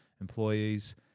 employees